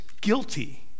guilty